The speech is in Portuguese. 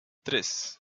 três